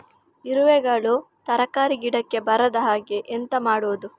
ಇರುವೆಗಳು ತರಕಾರಿ ಗಿಡಕ್ಕೆ ಬರದ ಹಾಗೆ ಎಂತ ಮಾಡುದು?